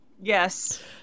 Yes